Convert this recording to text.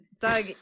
Doug